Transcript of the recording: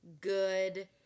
good